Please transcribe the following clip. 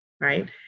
right